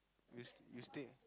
you you stay